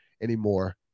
anymore